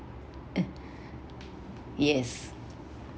yes